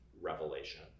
revelation